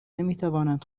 نمیتوانند